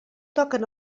toquen